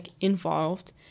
involved